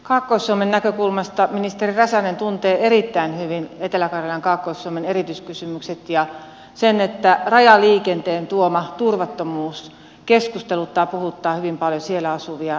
kaakkois suomen näkökulmasta ministeri räsänen tuntee erittäin hyvin etelä karjalan kaakkois suomen erityiskysymykset ja sen että rajaliikenteen tuoma turvattomuus keskusteluttaa puhuttaa hyvin paljon siellä asuvia ihmisiä